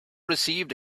received